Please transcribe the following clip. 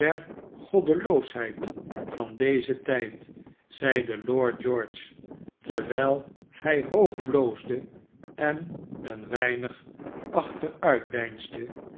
goddeloosheid van dezen tijd zeide lord george terwijl hij hoog bloosde en een weinig achteruitdeinsde